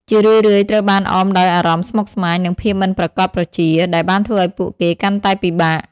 ជារឿយៗត្រូវបានអមដោយអារម្មណ៍ស្មុគស្មាញ និងភាពមិនប្រាកដប្រជា ដែលបានធ្វើឲ្យពួកគេកាន់តែពិបាក។